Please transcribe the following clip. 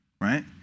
right